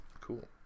Cool